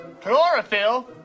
Chlorophyll